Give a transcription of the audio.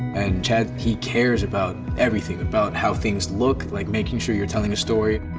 and chadd, he cares about everything, about how things look, like making sure you're telling a story.